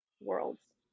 worlds